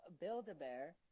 Build-A-Bear